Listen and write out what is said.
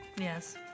Yes